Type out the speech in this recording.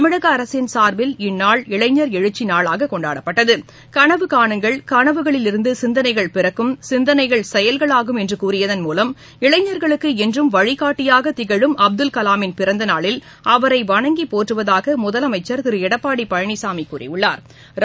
தமிழக அரசின் சாா்பில் இந்நாள் இளைஞர் எழுச்சி நாளாக கொண்டாடப்பட்டது கனவு காணுங்கள் கனவுகளிலிருந்து சிந்தனைகள் பிறக்கும் சிந்தனைகள் செயல்களாகும் என்று கூறியதன் மூலம் இளைஞர்களுக்கு என்றும் வழிகாட்டியாகத் திகழும் அப்துல் கலாமின் பிறந்த நாளில் அவரை வணங்கி போற்றுவதாக முதலமைச்சா் திரு எடப்பாடி பழனிசாமி கூறியுள்ளாா்